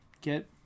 get